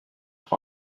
pour